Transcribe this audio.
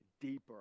deeper